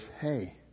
hey